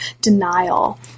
denial